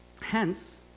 Hence